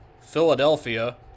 Philadelphia